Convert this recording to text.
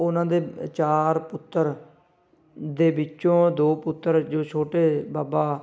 ਉਨਾਂ ਦੇ ਚਾਰ ਪੁੱਤਰ ਦੇ ਵਿੱਚੋਂ ਦੋ ਪੁੱਤਰ ਜੋ ਛੋਟੇ ਬਾਬਾ